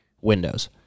windows